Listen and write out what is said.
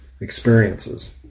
experiences